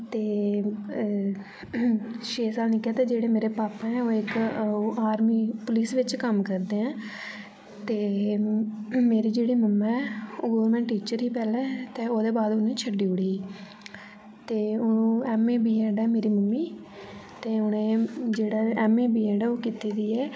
ते छेऽ साल निक्का ऐ ते मेरे जेह्ड़े भापा ऐं ओह् इक आर्मी पुलिस बिच कम्म करदे ऐ ते मेरे जेह्ड़े मम्मा ऐ ओह् टीचर ही पैह्लें ते ओह्दे बाद उ'नें छड्डी ओड़ी ते हून एम ए बी एड ऐ मेरी मम्मी ते उ'नें जेह्ड़ी एम ए बी एड ऐ ओह् कीती दी ऐ